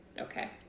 Okay